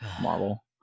Marvel